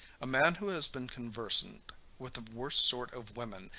a man who has been conversant with the worst sort of women,